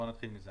נתחיל מזה.